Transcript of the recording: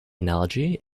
analogy